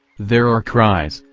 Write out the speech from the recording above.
there are cries,